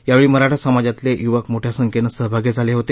यावेळी मराठा समाजातलं युवक मोठ्या संख्येनं सहभागी झाले होते